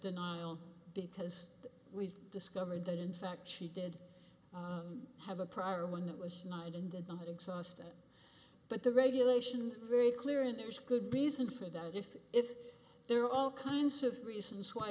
denial because we've discovered that in fact she did have a prior one that was not and did not exhaust it but the regulation very clear and there's a good reason for that if if there are all kinds of reasons why